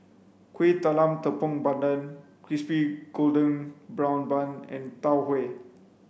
kueh talam tepong pandan crispy golden brown bun and tau huay